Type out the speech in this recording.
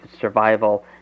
survival